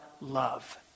love